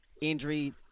injury